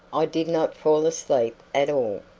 i did not fall asleep at all.